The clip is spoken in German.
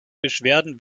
beschwerden